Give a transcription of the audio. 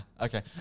Okay